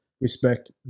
Respect